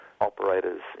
operators